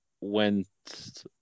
went